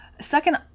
Second